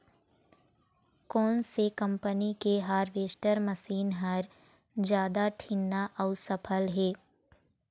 कोन से कम्पनी के हारवेस्टर मशीन हर जादा ठीन्ना अऊ सफल हे?